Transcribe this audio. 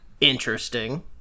interesting